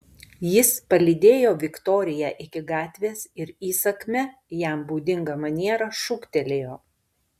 jis palydėjo viktoriją iki gatvės ir įsakmia jam būdinga maniera šūktelėjo